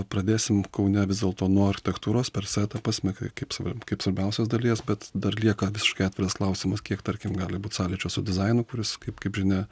pradėsim kaune vis dėlto nuo architektūros per save ta prasme kaip save kaip svarbiausios dalies bet dar lieka visiškai atviras klausimas kiek tarkim gali būt sąlyčio su dizainu kuris kaip kaip žinia